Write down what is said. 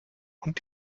und